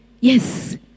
yes